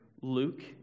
Luke